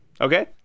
okay